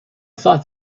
thought